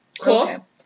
Cool